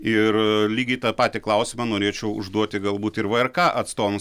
ir lygiai tą patį klausimą norėčiau užduoti galbūt ir vrk atstovams